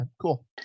Cool